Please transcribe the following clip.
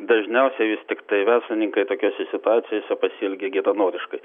dažniausiai vis tiktai verslininkai tokiose situacijose pasielgia geranoriškai